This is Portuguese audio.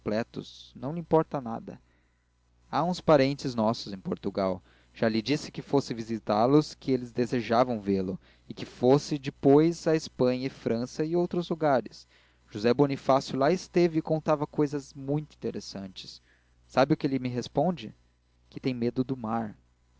incompletos não lhe importa nada há uns parentes nossos em portugal já lhe disse que fosse visitá los que eles desejavam vê-lo e que fosse depois à espanha e frança e outros lugares josé bonifácio lá esteve e contava cousas muito interessantes sabe o que ele me responde que tem medo do mar